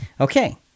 Okay